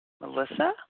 Melissa